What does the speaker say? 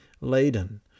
laden